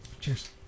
Cheers